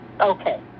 Okay